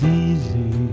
easy